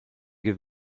give